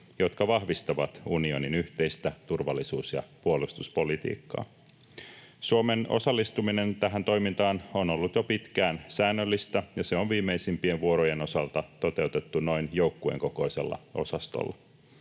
jotka vahvistavat unionin yhteistä turvallisuus- ja puolustuspolitiikkaa. Suomen osallistuminen tähän toimintaan on ollut jo pitkään säännöllistä, ja se on viimeisimpien vuorojen osalta toteutettu noin joukkueen kokoisella osastolla.